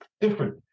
different